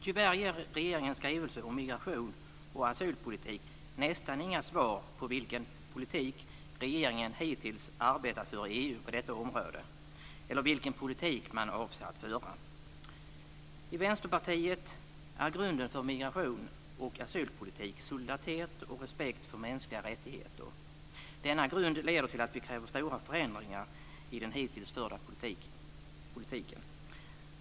Tyvärr ger regeringens skrivelse om migration och asylpolitik nästan inga svar på vilken politik regeringen hittills arbetat för i EU på detta område eller vilken politik man avser att föra. I Vänsterpartiet är grunden för migrations och asylpolitik solidaritet och respekt för mänskliga rättigheter. Denna grund leder till att vi kräver stora förändringar i den hittills förda politiken.